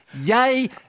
yay